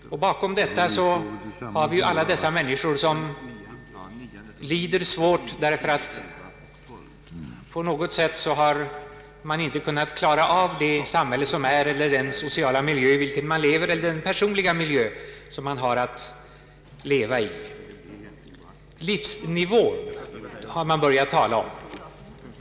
Bakom detta har vi alla de människor som lider svårt därför att de av någon anledning inte kunnat klara av det samhälle eller den sociala eller personliga miljö som de har att leva i. Livsnivå har man börjat tala om.